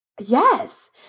Yes